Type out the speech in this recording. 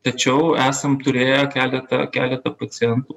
tačiau esam turėję keletą keletą pacientų